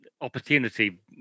opportunity